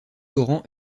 laurent